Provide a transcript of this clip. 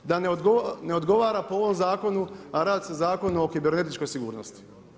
Da ne odgovora po ovom zakonu a radi se o Zakonu o kibernetičkoj sigurnosti.